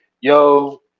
Yo